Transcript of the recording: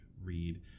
read